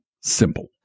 Simple